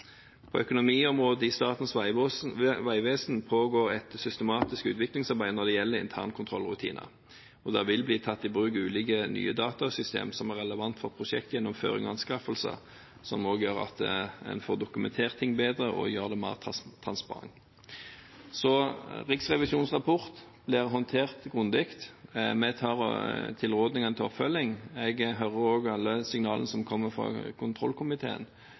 På økonomiområdet i Statens vegvesen pågår et systematisk utviklingsarbeid når det gjelder internkontrollrutiner, og det vil bli tatt i bruk ulike nye datasystem som er relevant for prosjektgjennomføring og anskaffelser, som også gjør at man får dokumentert ting bedre, og gjør det mer transparent. Så Riksrevisjonens rapport blir håndtert grundig. Vi tar tilrådingene til oppfølging. Jeg hører også alle signalene som kommer fra kontrollkomiteen,